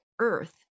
earth